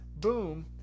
boom